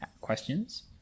questions